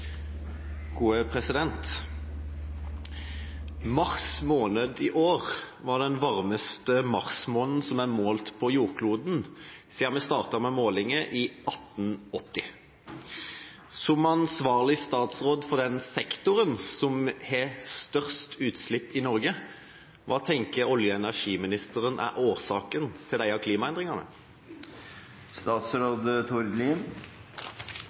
målt på jordkloden siden vi startet med målinger i 1880. Som ansvarlig statsråd på den sektoren som har størst utslipp i Norge, hva tenker olje- og energiministeren er årsaken til disse klimaendringene?